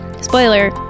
Spoiler